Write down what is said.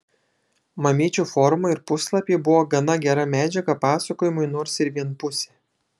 mamyčių forumai ir puslapiai buvo gana gera medžiaga pasakojimui nors ir vienpusė